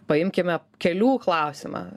paimkime kelių klausimą